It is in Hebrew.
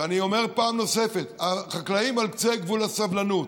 ואני אומר פעם נוספת: החקלאים על קצה גבול הסבלנות.